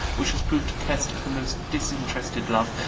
which has proved a test of the most disinterested love,